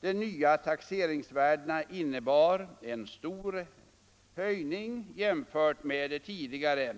De nya taxeringsvärdena innebar en stor höjning jämfört med de tidigare.